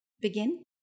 begin